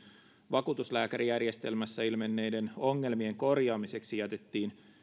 vakuutuslääkärijärjestelmässä ilmenneiden ongelmien korjaamiseksi jätettiin